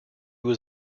was